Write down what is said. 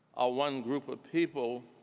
or one group of people